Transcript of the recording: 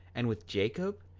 and with jacob,